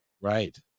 Right